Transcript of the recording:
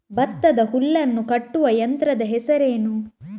ಭತ್ತದ ಹುಲ್ಲನ್ನು ಕಟ್ಟುವ ಯಂತ್ರದ ಹೆಸರೇನು?